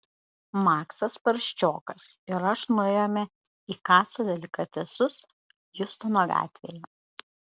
maksas prasčiokas ir aš nuėjome į kaco delikatesus hjustono gatvėje